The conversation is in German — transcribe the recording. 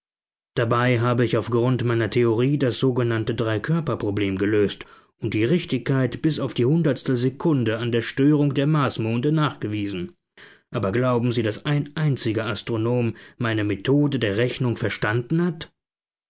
dabei habe ich aufgrund meiner theorie das sogenannte drei körper problem gelöst und die richtigkeit bis auf die hundertstelsekunden an der störung der marsmonde nachgewiesen aber glauben sie daß ein einziger astronom meine methode der rechnung verstanden hat